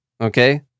Okay